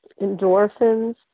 endorphins